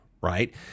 right